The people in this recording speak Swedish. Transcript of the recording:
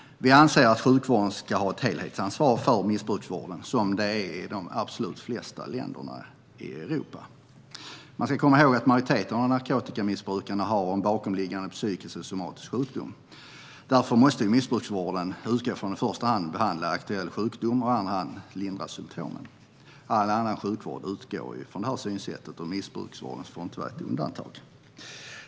Vi anser att sjukvården ska ha ett helhetsansvar för missbruksvården, så som det är i de flesta länder i Europa. Man ska komma ihåg att majoriteten av narkotikamissbrukarna har en bakomliggande psykisk eller somatisk sjukdom. Därför måste man i missbruksvården utgå från att man i första hand ska behandla aktuell sjukdom och i andra hand lindra symtomen. När det gäller all annan sjukvård utgår man från det synsättet. Missbruksvården får inte vara ett undantag.